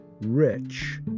Rich